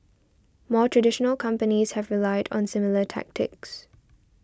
more traditional companies have relied on similar tactics